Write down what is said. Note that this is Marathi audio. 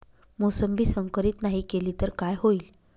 मोसंबी संकरित नाही केली तर काय होईल?